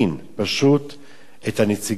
את הנציגים של משרד המשפטים